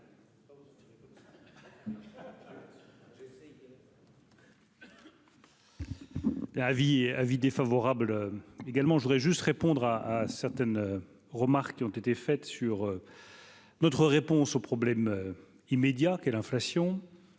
avis défavorable également, je voudrais juste répondre à à certaines remarques qui ont été faites sur. Notre réponse aux problème immédiat qu'est l'inflation